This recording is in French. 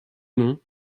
non